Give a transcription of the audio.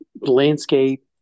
landscape